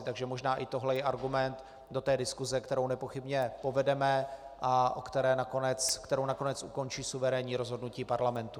Takže možná i tohle je argument do diskuse, kterou nepochybně povedeme a kterou nakonec ukončí suverénní rozhodnutí parlamentu.